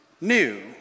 new